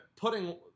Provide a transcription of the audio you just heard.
putting